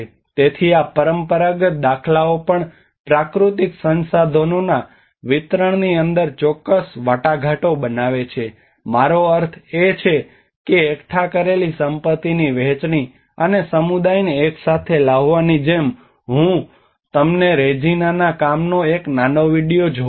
તેથી આ પરંપરાગત દાખલાઓ પણ પ્રાકૃતિક સંસાધનોના વિતરણની અંદર ચોક્કસ વાટાઘાટો બનાવે છે મારો અર્થ એ છે કે એકઠા કરેલી સંપત્તિની વહેંચણી અને સમુદાયને એકસાથે લાવવાની જેમ હું તમને રેજિનાનાRegina's કામનો એક નાનો વિડિઓ જોઉં છું